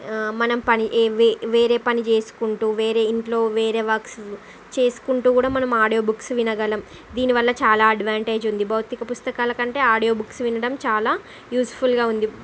మనం పని వేరే పని చేసుకుంటూ వేరే ఇంట్లో వేరే వర్క్స్ చేసుకుంటూ కూడా మనం ఆడియో బుక్స్ వినగలం దీని వల్ల చాలా అడ్వాంటేజ్ ఉంది భౌతిక పుస్తకాలకంటే ఆడియో బుక్స్ వినడం చాలా యూజ్ఫుల్గా ఉంది